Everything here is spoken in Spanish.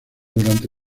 durante